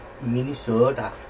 minnesota